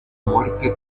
muerte